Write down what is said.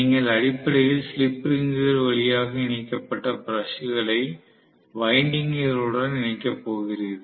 நீங்கள் அடிப்படையில் ஸ்லிப் ரிங்குகள் வழியாக இணைக்கப்பட்ட பிரஷ் களை வைண்டிங்குடன் இணைக்கப் போகிறீர்கள்